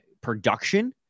production